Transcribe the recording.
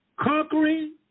conquering